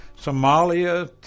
Somalia